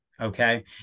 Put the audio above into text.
Okay